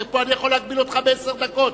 כי פה אני יכול להגביל אותך בעשר דקות.